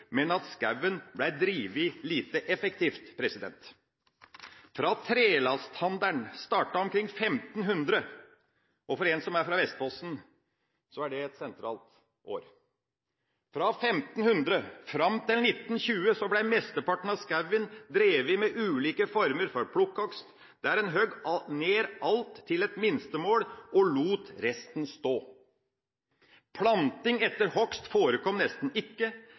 men at skogen ble drevet lite effektivt. Fra trelasthandelen startet omkring 1500 – og for en som er fra Vestfossen, er det et sentralt år – og fram til 1920 ble mesteparten av skogen drevet med ulike former for plukkhogst, der man hogde ned alt til et minstemål og lot resten stå. Planting etter hogst forekom nesten ikke.